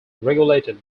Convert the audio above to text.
regulated